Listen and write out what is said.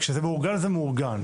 כשזה מאורגן זה מאורגן.